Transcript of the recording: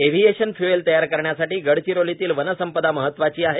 aviation fuel तयार करण्यासाठी गडचिरोलीतील वनसंपदा महत्त्वाची आहे